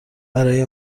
برای